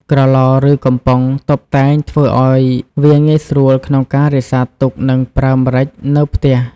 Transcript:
ក្រឡ ឬ កំប៉ុងតុបតែងធ្វើឱ្យវាងាយស្រួលក្នុងការរក្សាទុកនិងប្រើម្រេចនៅផ្ទះ។